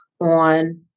on